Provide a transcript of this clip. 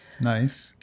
Nice